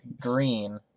Green